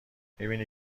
میبینی